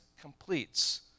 completes